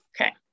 Okay